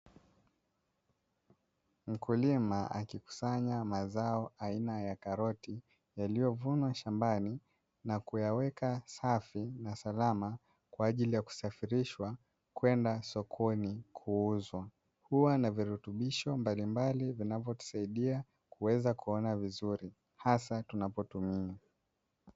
Mkulima akikusanya mazao aina ya karoti, yaliyovunwa shambani na kuyaweka safi na salama kwa ajili ya kusafirishwa kwenda sokoni kuuzwa, kuwa na virutubisho mbalimbali vinavyotusaidia kuweza kuona vizuri hasa tunapotumia.